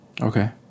Okay